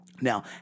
Now